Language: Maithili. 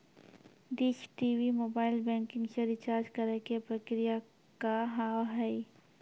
डिश टी.वी मोबाइल बैंकिंग से रिचार्ज करे के प्रक्रिया का हाव हई?